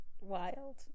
wild